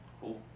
cool